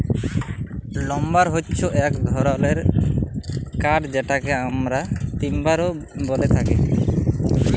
lumber হচ্যে এক ধরলের কাঠ যেটকে আমরা টিম্বার ও ব্যলে থাকি